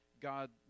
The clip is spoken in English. God